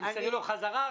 תמסרי לו בחזרה.